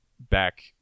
back